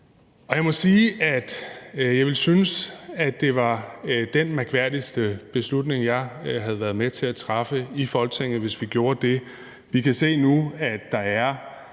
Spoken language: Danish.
jeg ville synes, at det ville være den mest mærkværdige beslutning, jeg ville have været med til at træffe i Folketinget, hvis vi gjorde det. Vi kan nu se, at der er